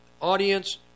audience